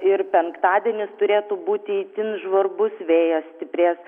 ir penktadienis turėtų būti itin žvarbus vėjas stiprės